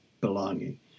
belonging